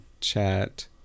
chat